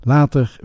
Later